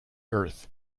earth